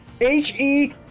H-E